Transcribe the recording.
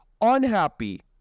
unhappy